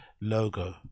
logo